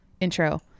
intro